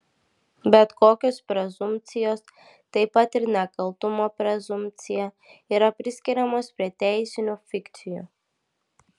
bet kokios prezumpcijos taip pat ir nekaltumo prezumpcija yra priskiriamos prie teisinių fikcijų